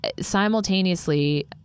simultaneously